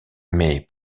mais